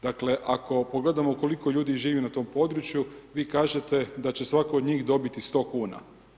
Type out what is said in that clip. Dakle ako pogledamo koliko ljudi živi na tom području vi kažete da će svatko od njih dobiti 100 kuna.